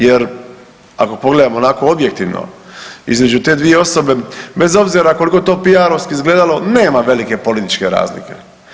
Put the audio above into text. Jer ako pogledamo onako objektivno između te dvije osobe bez obzira koliko to piarovski izgledalo nema velike političke razlike.